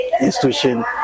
institution